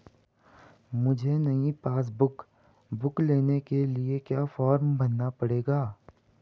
मुझे नयी passbook book लेने के लिए क्या फार्म भरना पड़ेगा?